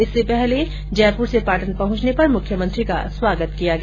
इससे पहले जयपुर से पार्टन पहुंचने पर मुख्यमंत्री का स्वागत किया गया